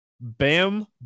Bam